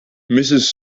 mrs